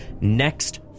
next